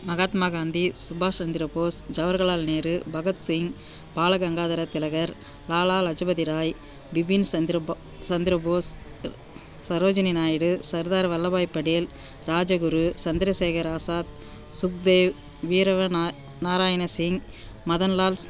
மகாத்மா காந்தி சுபாஷ் சந்திர போஸ் ஜவர்ஹலால் நேரு பகத்சிங் பாலகங்காதர திலகர் லாலா லஜபதி ராய் பிபின் சந்திர போ சந்திர போஸ் சரோஜினி நாயுடு சர்தார் வல்லபாய் பட்டேல் ராஜகுரு சந்திரசேகர் ஆசாத் சுக்தேவ் வீரவனார் நாராயண் சிங் மதன்லால்